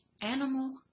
animal